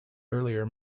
earlier